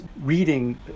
reading